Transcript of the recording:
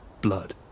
blood